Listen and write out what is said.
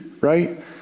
right